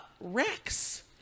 Rex